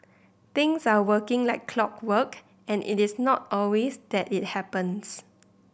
things are working like clockwork and it is not always that it happens